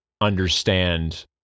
understand